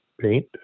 paint